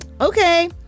okay